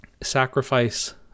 sacrifice